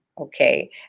Okay